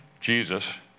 Jesus